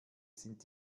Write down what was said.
sind